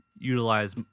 utilize